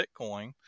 Bitcoin